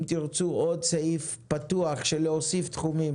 אם תרצו עוד סעיף פתוח שמאפשר להוסיף תחומים